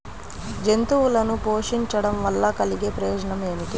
జంతువులను పోషించడం వల్ల కలిగే ప్రయోజనం ఏమిటీ?